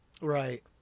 Right